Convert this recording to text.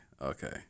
Okay